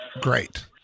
Great